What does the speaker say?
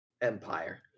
Empire